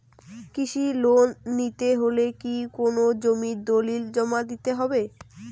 কৃষি লোন নিতে হলে কি কোনো জমির দলিল জমা দিতে হবে?